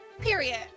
Period